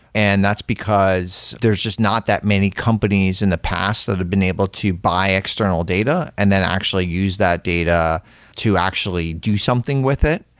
and that's because there's just not that many companies in the past that have been able to buy external data and then actually use that data to actually do something with it,